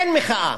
אין מחאה,